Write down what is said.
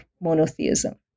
monotheism